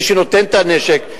מי שנותן את הנשק,